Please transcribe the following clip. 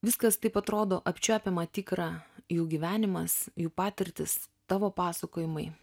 viskas taip atrodo apčiuopiama tikra jų gyvenimas jų patirtys tavo pasakojimai